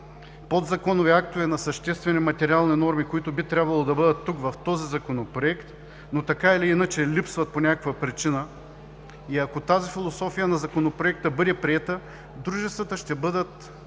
подзаконови актове на съществени материални норми, които би трябвало да бъдат в този Законопроект, но така или иначе липсват по някаква причина и ако тази философия на Законопроекта бъде приета, дружествата ще бъдат